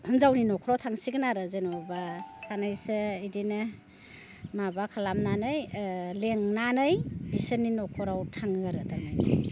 हिन्जावनि न'खराव थांसिगोन आरो जेनेबा सानैसो बिदिनो माबा खालामनानै लेंनानै बिसोरनि न'खराव थाङो आरो थारमाने